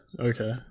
okay